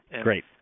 Great